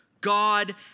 God